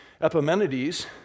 Epimenides